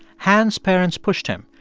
han's parents pushed him,